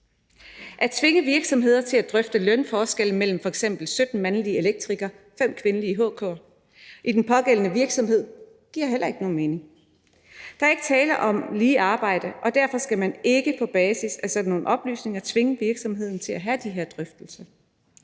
At tvinge virksomheder til at drøfte lønforskelle mellem f.eks. 17 mandlige elektrikere og 5 kvindelige HK'ere i den pågældende virksomhed giver heller ikke nogen mening. Der er ikke tale om lige arbejde, og derfor skal man ikke på basis af sådan nogle oplysninger tvinge virksomhederne til at have de her drøftelser.